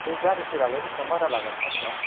बे गारिफोरालाय बेसेबां भारा लागोन सानसेयाव